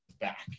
back